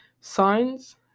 signs